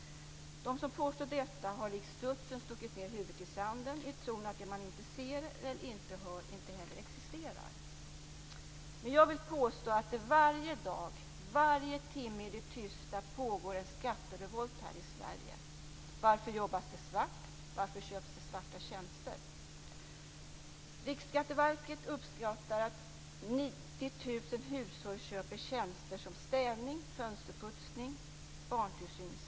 De som påstår detta har likt strutsen stuckit ned huvudet i sanden i tron att det man inte ser eller inte hör inte heller existerar. Men jag vill påstå att det varje dag, varje timme i det tysta pågår en skatterevolt här i Sverige. Varför jobbas det svart? Varför köps det svarta tjänster? Riksskatteverket uppskattar att 90 000 hushåll köper tjänster som städning, fönsterputsning och barntillsyn svart.